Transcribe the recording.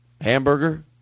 hamburger